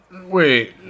Wait